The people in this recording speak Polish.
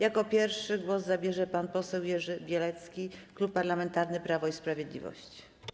Jako pierwszy głos zabierze pan poseł Jerzy Bielecki, Klub Parlamentarny Prawo i Sprawiedliwość.